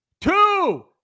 two